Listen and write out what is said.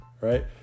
right